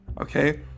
okay